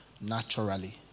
naturally